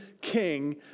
king